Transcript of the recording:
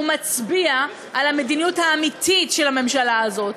והוא מצביע על המדיניות האמיתית של הממשלה הזאת,